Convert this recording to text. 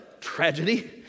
tragedy